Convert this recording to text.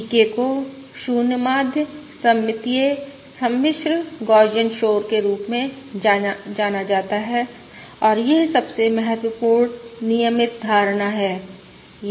VK को 0 माध्य सममितीय सम्मिश्र गौसियन शोर के रूप में जाना जाता है और यह सबसे महत्वपूर्ण नियमित धारणा है